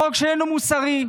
חוק שאינו מוסרי.